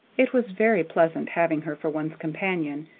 it was very pleasant having her for one's companion,